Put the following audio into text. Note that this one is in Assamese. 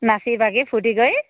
নাচি বাগি ফুৰ্তি কৰি